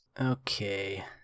Okay